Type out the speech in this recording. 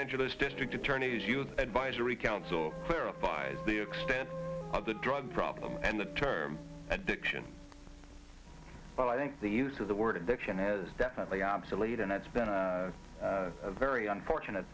angeles district attorney's youth advisory council clarifies the extent of the drug problem and the term addiction but i think the use of the word addiction has definitely obsolete and it's been a very unfortunate